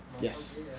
Yes